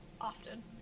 often